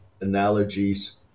analogies